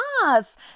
Yes